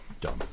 dumb